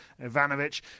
Ivanovic